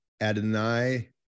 Adonai